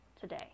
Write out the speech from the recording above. today